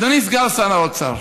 אדוני סגן שר האוצר,